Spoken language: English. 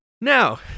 now